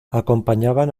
acompañaban